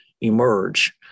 emerge